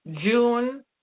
June